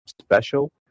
special